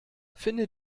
finde